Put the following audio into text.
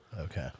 Okay